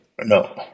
No